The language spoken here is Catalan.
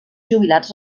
jubilats